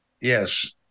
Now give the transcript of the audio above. Yes